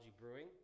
Brewing